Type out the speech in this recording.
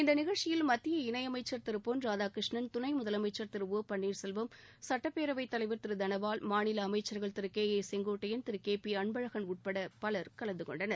இந்த நிகழ்ச்சியில் மத்திய இணையமைச்சா் திரு பொன் ராதாகிருஷ்ணன் துணைமுதலமைச்சா் திரு ஓ பன்னீர்செல்வம் சட்டப்பேரவைத் தலைவர் திரு தனபால் மாநில அமைச்சா்கள் திரு கே ஏ செங்கோட்டையன் திரு கே பி அன்பழகன் உட்பட பலர் கலந்துகொண்டனர்